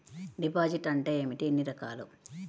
Deposit అంటే ఏమిటీ ఎన్ని రకాలు?